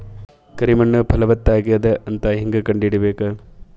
ಕರಿ ಮಣ್ಣು ಫಲವತ್ತಾಗದ ಅಂತ ಹೇಂಗ ಕಂಡುಹಿಡಿಬೇಕು?